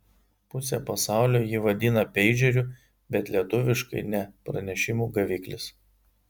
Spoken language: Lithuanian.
pusė pasaulio jį vadina peidžeriu bet lietuviškai ne pranešimų gaviklis